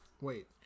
wait